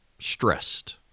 stressed